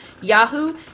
Yahoo